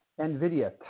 nvidia